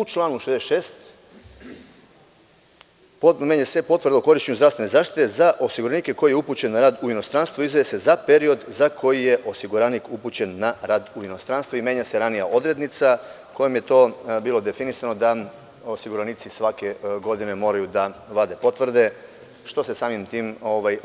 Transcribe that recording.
U članu 66. menja se potvrda o korišćenju zdravstvene zaštite za osiguranika koji je upućen na rad u inostranstvu izdaje se za period za koji je osiguranik upućen na rad u inostranstvu i menja se ranija odrednica kojom je to bilo definisano da osiguranici svake godine moraju da vade potvrde, što se samim tim